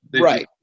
Right